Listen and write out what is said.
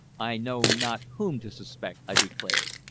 i know not whom to suspect, i declared.